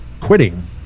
quitting